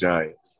Giants